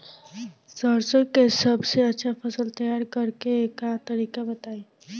सरसों का सबसे अच्छा फसल तैयार करने का तरीका बताई